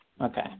Okay